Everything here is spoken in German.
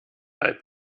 alt